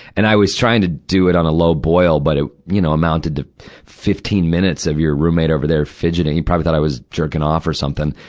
and i was trying to do it on a low-boil, but it, you know, amounted to fifteen minutes of your roommate over there fidgeting. he probably thought i was jerking off or something.